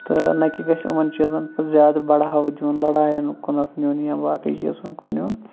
تہٕ نہَ کہِ گَژِھ یِمَن چیٖزَن زیادٕ بڑاوٕ دِیُن لڑایَن کُن نِیُن یا باقٕے چیٖزن کُن نِیُن